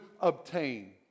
obtain